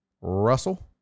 Russell